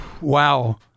Wow